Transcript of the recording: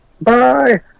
Bye